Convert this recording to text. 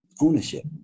ownership